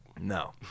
No